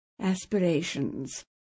aspirations